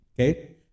okay